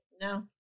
no